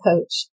coach